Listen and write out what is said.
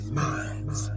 minds